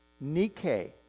Nike